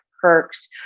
perks